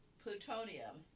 plutonium